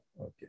Okay